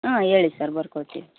ಹಾಂ ಹೇಳಿ ಸರ್ ಬರ್ಕೊಳ್ತೀವಿ